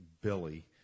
Billy